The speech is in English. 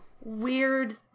weird